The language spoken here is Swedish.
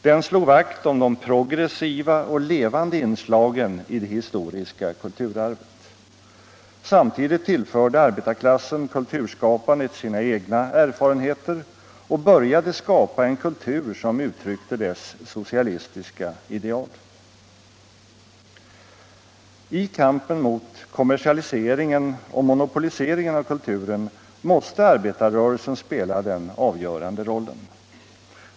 Den slog vakt om de progressiva och levande inslagen i det historiska kulturarvet. Samtidigt tillförde arbetarklassen kulturskapandet sina egna erfarenheter och började skapa en kultur som uttryckte dess socialistiska ideal. I kampen mot kommersialiseringen och monopoliseringen av kulturen måste arbetarrörelsen spela den avgörande rollen.